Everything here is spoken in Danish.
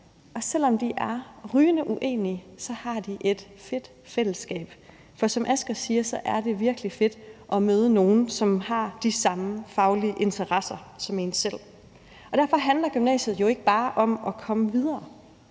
Og selv om de er rygende uenige, har de et fedt fællesskab. For som Asger siger, er det virkelig fedt at møde nogle, som har de samme faglige interesser som en selv. Derfor handler gymnasiet jo ikke bare om at komme videre.